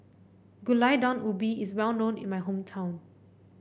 Gulai Daun Ubi is well known in my hometown